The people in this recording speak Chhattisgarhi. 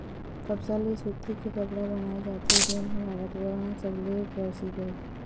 कपसा ले सूती के कपड़ा बनाए जाथे जेन ह भारत म सबले परसिद्ध हे